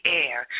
air